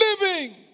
living